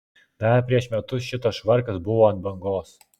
dar prieš metus šitas švarkas buvo ant bangos